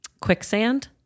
quicksand